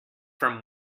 from